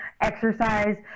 exercise